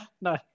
no